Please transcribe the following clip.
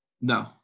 No